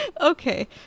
Okay